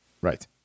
right